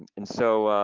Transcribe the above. and so